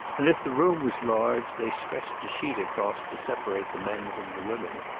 and if the room was large, they stretched a sheet a cross to separate the men from the women.